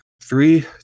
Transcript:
three